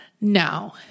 No